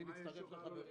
אני מצטרף לחברים.